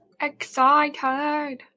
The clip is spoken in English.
Excited